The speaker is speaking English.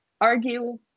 argue